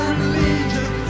religion